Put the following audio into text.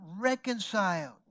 reconciled